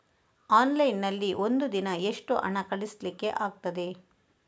Online ನಲ್ಲಿ ಒಂದು ದಿನ ಎಷ್ಟು ಹಣ ಕಳಿಸ್ಲಿಕ್ಕೆ ಆಗ್ತದೆ?